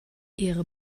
ihre